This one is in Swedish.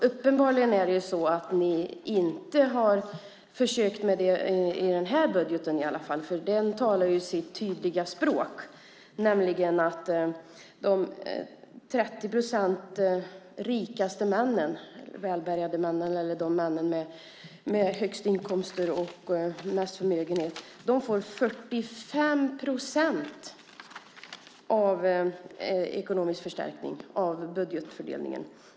Uppenbarligen har ni inte försökt med det i den här budgeten i alla fall. Den talar sitt tydliga språk. De 30 procent rikaste männen, de mest välbärgade, med högst inkomster och störst förmögenhet, får 45 procent ekonomisk förstärkning i budgetfördelningen.